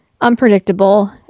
unpredictable